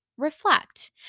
reflect